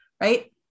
Right